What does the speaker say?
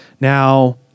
Now